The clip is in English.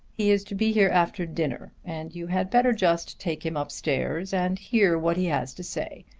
he is to be here after dinner and you had better just take him up-stairs and hear what he has to say.